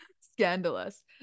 scandalous